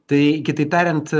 tai kitai tariant